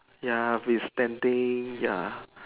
ya we spending ya